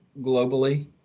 globally